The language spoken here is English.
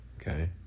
okay